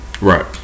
right